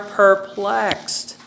perplexed